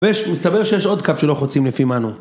ומסתבר שיש עוד קו שלא חוצים לפי מנו